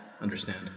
understand